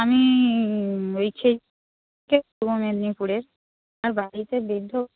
আমি এই মেদিনীপুরের আমার বাড়িতে বৃদ্ধ